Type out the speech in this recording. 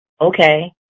okay